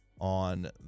on